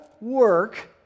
work